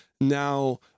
Now